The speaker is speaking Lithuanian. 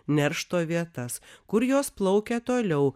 neršto vietas kur jos plaukė toliau